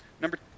Number